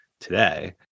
today